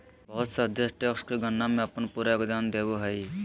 बहुत सा देश टैक्स के गणना में अपन पूरा योगदान देब हइ